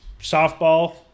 softball